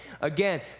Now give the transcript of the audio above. Again